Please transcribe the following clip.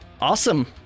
awesome